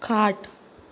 खाट